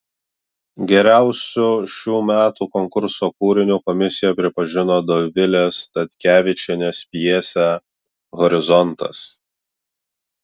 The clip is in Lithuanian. geriausiu šių metų konkurso kūriniu komisija pripažino dovilės statkevičienės pjesę horizontas